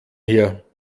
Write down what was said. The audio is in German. her